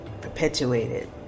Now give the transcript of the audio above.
perpetuated